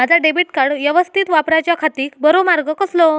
माजा debit card यवस्तीत वापराच्याखाती बरो मार्ग कसलो?